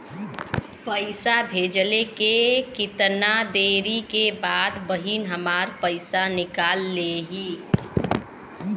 पैसा भेजले के कितना देरी के बाद बहिन हमार पैसा निकाल लिहे?